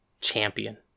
champion